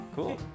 Cool